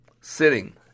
sitting